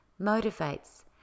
motivates